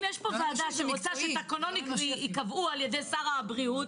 אם יש פה ועדה שתקבע שתקנונית ייקבעו על ידי שר הבריאות,